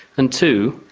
and two,